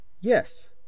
yes